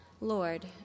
Lord